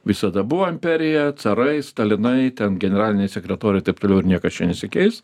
visada buvo imperija carai stalinai ten generaliniai sekretoriai ir taip toliau ir niekas čia nesikeis